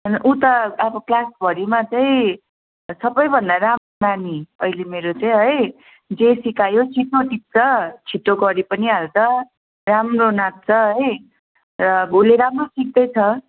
होइन ऊ त अब क्लासभरिमा चाहिँ सबैभन्दा राम्रो नानी अहिले मेरो चाहिँ है जे सिकायो छिटो टिप्छ छिटो गरी पनि हाल्छ राम्रो नाच्छ है र अब उसले राम्रो सिक्दैछ